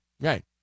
Right